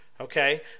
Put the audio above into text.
Okay